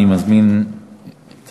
אני מזמין את